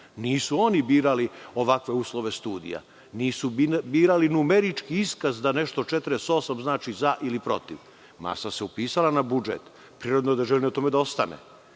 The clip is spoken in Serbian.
Nisu oni birali ovakve uslove studija, nisu birali numerički iskaz da nešto 48 znači za ili protiv. Masa se upisala na budžet i prirodno je da žele na tome da ostanu.